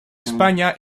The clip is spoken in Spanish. españa